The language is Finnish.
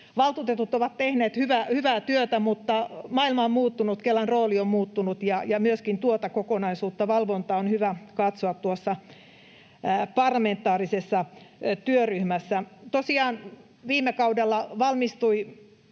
Valtuutetut ovat tehneet hyvää työtä, mutta maailma on muuttunut, Kelan rooli on muuttunut, ja myöskin tuota kokonaisuutta, valvontaa, on hyvä katsoa tuossa parlamentaarisessa työryhmässä. Tosiaan viime kaudella valmistui